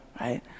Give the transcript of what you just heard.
right